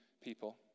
people